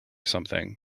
something